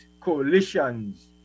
coalitions